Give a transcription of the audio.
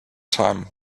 time